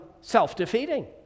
self-defeating